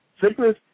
Sickness